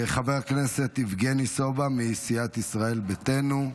חבר הכנסת יבגני סובה מסיעת ישראל ביתנו,